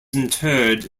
interred